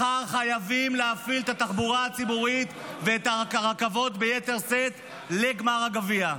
מחר חייבים להפעיל את התחבורה הציבורית ואת הרכבות ביתר שאת לגמר הגביע.